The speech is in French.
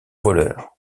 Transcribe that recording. voleurs